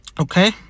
okay